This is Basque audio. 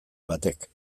batek